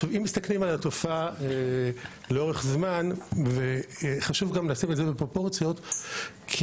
כשמסתכלים על התופעה לאורך זמן וחשוב לשים את זה פרופורציות כי